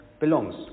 belongs